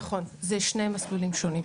נכון, זה שני מסלולים שונים.